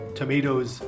tomatoes